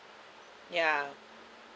ya